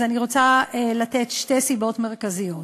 אז אני רוצה לתת שתי סיבות מרכזיות.